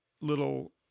little